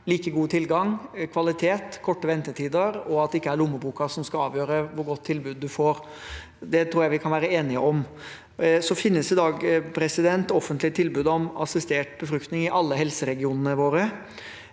like god tilgang, høy kvalitet, korte ventetider og at det ikke er lommeboken som skal avgjøre hvor godt tilbud man får. Det tror jeg vi kan være enige om. I dag finnes det offentlige tilbud om assistert befruktning i alle helseregionene våre.